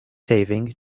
saving